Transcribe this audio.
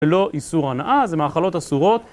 ולא איסור הנאה זה מאכלות אסורות